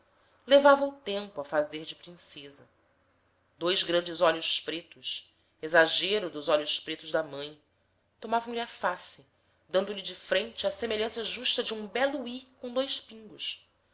levava o tempo a fazer de princesa dois grandes olhos pretos exagero dos olhos pretos da mãe tomavam lhe a face dando-lhe de frente a semelhança justa de um belo i com dois pingos